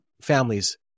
families